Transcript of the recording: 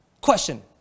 Question